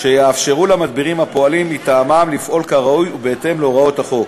שיאפשרו למדבירים הפועלים מטעמם לפעול כראוי ובהתאם להוראות החוק.